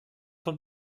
von